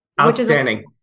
Outstanding